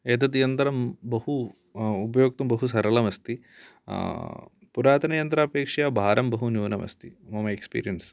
एतत् यन्त्रं बहु उपयोक्तुं बहु सरलमस्ति पुरातनयन्त्रापेक्षया भारं बहु न्यूनमस्ति मम एक्स्पीरियन्स्